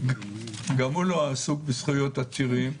גם לא עסוק בזכויות עצירים,